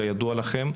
כידוע לכם,